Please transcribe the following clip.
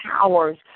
powers